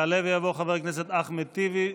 יעלה ויבוא חבר הכנסת אחמד טיבי,